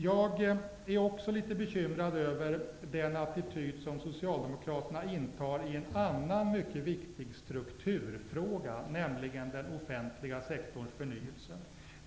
Jag är också litet bekymrad över den attityd som Socialdemokraterna intar i en annan mycket viktig strukturfråga, nämligen den offentliga sektorns förnyelse.